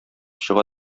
чыга